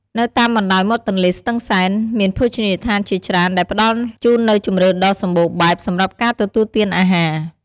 នៅតាមបណ្ដោយមាត់ទន្លេស្ទឹងសែន មានភោជនីយដ្ឋានជាច្រើនដែលផ្តល់ជូននូវជម្រើសដ៏សម្បូរបែបសម្រាប់ការទទួលទានអាហារ។